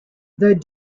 though